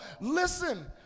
listen